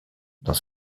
dans